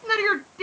none